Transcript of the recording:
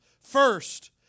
first